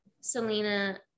Selena